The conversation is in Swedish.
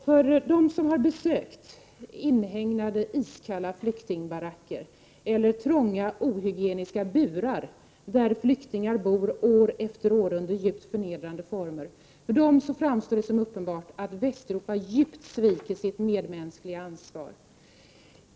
För dem som har besökt 2 maj 1989 inhägnade iskalla flyktingbaracker eller trånga ohygieniska burar, där flyktingar bor år efter år under djupt förnedrande former, framstår det som uppenbart att Västeuropa djupt sviker sitt medmänskliga ansvar.